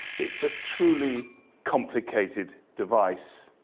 it's a truly complicated device.